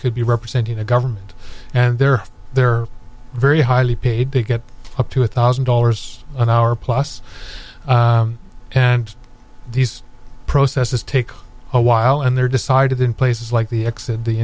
could be representing the government and they're very highly paid to get up to a thousand dollars an hour plus and these processes take a while and they're decided in places like the exit the